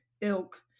ilk